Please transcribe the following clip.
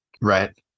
Right